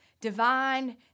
divine